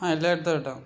ആ എല്ലാം എടുത്തോട്ടോ